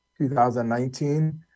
2019